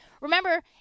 Remember